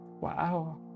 wow